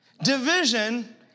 Division